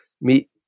meet